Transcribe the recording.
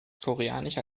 koreanische